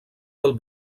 del